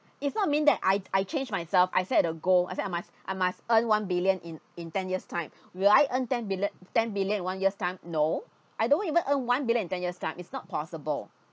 if not mean that I I changed myself I set a goal I set I must I must earn one billion in in ten years time will I earn ten billio~ ten billion in one year time no I don't want even earn one billion in ten years time is not possible